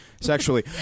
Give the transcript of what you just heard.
sexually